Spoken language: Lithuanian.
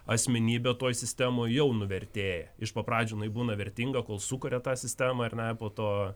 asmenybė toj sistemoj jau nuvertėja iš po pradžių jinai būna vertinga kol sukuria tą sistemą ar ne po to